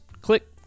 Click